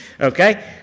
okay